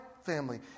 family